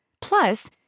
Plus